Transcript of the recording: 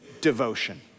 devotion